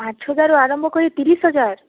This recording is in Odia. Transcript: ଆଠ ହଜାରରୁ ଆରମ୍ଭ କରି ତିରିଶ ହଜାର